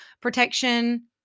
protection